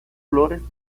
flores